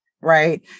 right